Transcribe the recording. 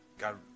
God